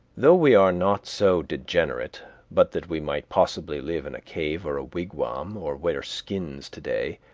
though we are not so degenerate but that we might possibly live in a cave or a wigwam or wear skins today,